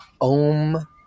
om